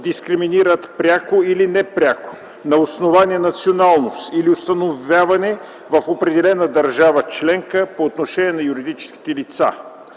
дискриминират пряко или непряко на основание на националност или установяване в определена държава членка по отношение на юридическите лица;